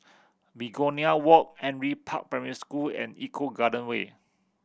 Begonia Walk Henry Park Primary School and Eco Garden Way